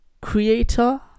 creator